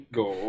go